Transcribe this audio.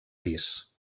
pis